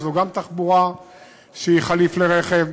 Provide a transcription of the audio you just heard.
שזו גם תחבורה שהיא חליף לרכב.